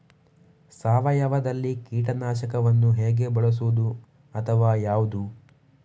ಸಾವಯವದಲ್ಲಿ ಕೀಟನಾಶಕವನ್ನು ಹೇಗೆ ಬಳಸುವುದು ಅಥವಾ ಯಾವುದು?